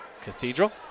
Cathedral